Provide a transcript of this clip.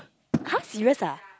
!huh! serious ah